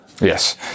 Yes